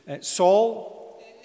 Saul